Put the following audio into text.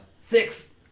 Six